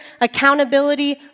accountability